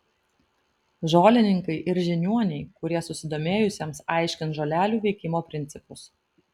žolininkai ir žiniuoniai kurie susidomėjusiems aiškins žolelių veikimo principus